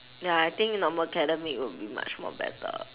ya I think normal academic would be much more better